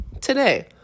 today